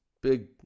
Big